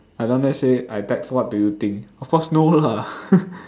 I down there say I text what do you think of course no lah